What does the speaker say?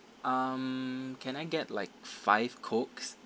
um can I get like five cokes